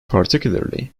particularly